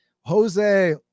jose